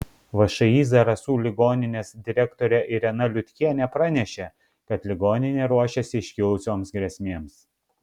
všį zarasų ligoninės direktorė irena liutkienė pranešė kad ligoninė ruošiasi iškilusioms grėsmėms